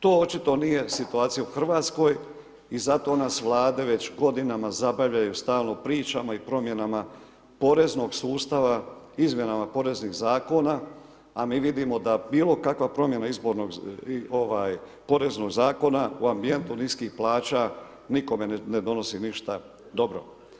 To očito nije situacija u RH i zato nas Vlade već godinama zabavljaju stalno pričama i promjenama poreznog sustava, izmjenama poreznih zakona, a mi vidimo da bilo kakva promjena izbornog, ovaj, poreznog zakona u ambijentu niskih plaća nikome ne donosi ništa dobro.